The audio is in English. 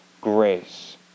grace